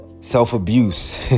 self-abuse